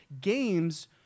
Games